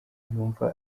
yumva